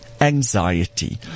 anxiety